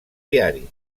diari